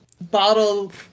bottle